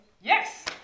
Yes